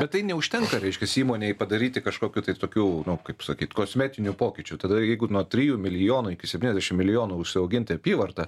bet tai neužtenka reiškias įmonei padaryti kažkokių tais tokių kaip sakyt kosmetinių pokyčių tada jeigu nuo trijų milijonų iki septyniasdešim milijonų užsiauginti apyvartą